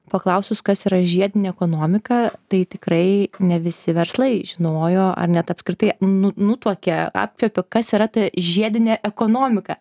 paklausus kas yra žiedinė ekonomika tai tikrai ne visi verslai žinojo ar net apskritai nu nutuokė apčiuopė kas yra ta žiedinė ekonomika